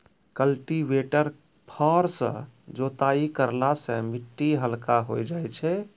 cultivator फार सँ जोताई करला सें मिट्टी हल्का होय जाय छै